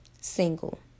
single